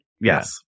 Yes